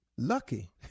Lucky